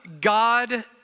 God